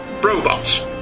robots